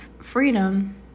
freedom